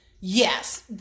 Yes